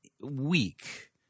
weak